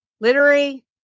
literary